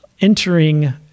entering